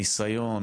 ניסיון